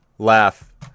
laugh